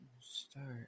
start